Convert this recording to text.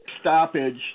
stoppage